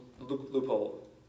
loophole